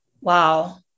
Wow